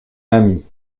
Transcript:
ami